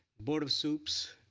board of supervisors,